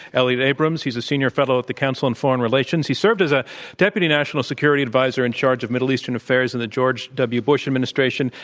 elliott abrams, he's a senior fellow at the council on foreign relations. he served as a deputy national security adviser in charge of middle eastern affairs in the george w. bush administration.